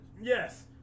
Yes